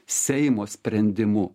seimo sprendimu